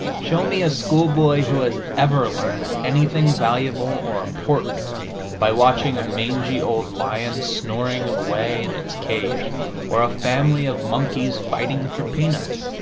show me a schoolboy who has ever learned anything valuable or important by watching a mangy old lion snoring away in its cage or a family of monkeys fighting for peanuts.